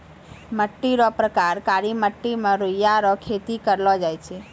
मिट्टी रो प्रकार काली मट्टी मे रुइया रो खेती करलो जाय छै